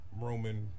Roman